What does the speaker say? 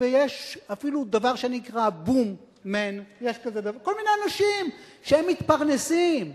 ויש אפילו דבר שנקרא "בום-מן" כל מיני אנשים שהם מתפרנסים,